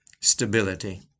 stability